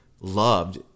loved